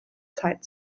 zeit